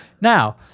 Now